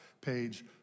page